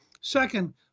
Second